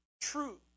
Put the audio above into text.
true